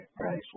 Right